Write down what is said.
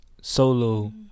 solo